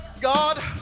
God